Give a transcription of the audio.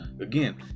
Again